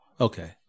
Okay